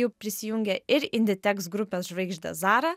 jau prisijungia ir inditeks grupės žvaigždė zara